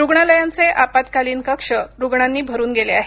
रुग्णालयांचे आपात्कालीन कक्ष रुग्णांनी भरुन गेले आहेत